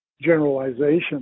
generalization